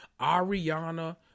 Ariana